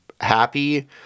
happy